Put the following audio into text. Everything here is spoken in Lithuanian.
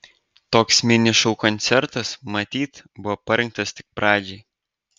toks mini šou koncertas matyt buvo parinktas tik pradžiai